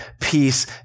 peace